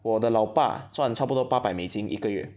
我的老爸赚差不多八百美金一个月